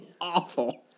awful